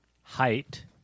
height